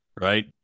right